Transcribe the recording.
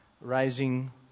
rising